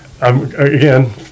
again